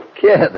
Kid